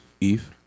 Eve